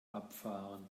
abfahren